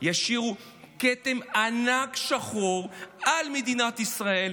ישאירו כתם ענק ושחור על מדינת ישראל,